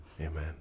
amen